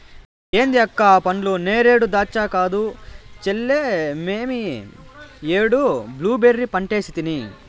ఏంది అక్క ఆ పండ్లు నేరేడా దాచ్చా కాదు చెల్లే మేమీ ఏడు బ్లూబెర్రీ పంటేసితిని